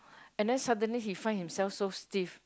and then suddenly he find himself so stiff